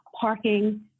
parking